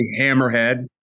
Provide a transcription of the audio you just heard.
Hammerhead